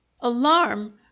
Alarm